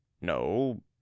no